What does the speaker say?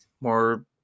More